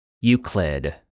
Euclid